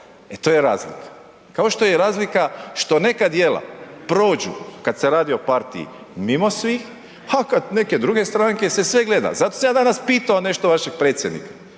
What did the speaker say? E to je razlika. Kao što je razlika što neka djela prođu, kad se radi o partiji mimo svih, a kad neke druge stranke, se sve gleda. Zato sam ja danas pitao nešto vašeg predsjednika.